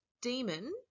demon